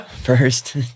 first